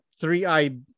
three-eyed